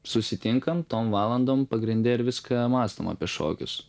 susitinkam tom valandom pagrinde ir viską mąstom apie šokius